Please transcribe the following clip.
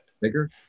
Bigger